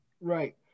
right